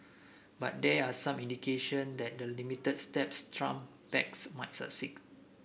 but there are some indication that the limited steps Trump backs might succeed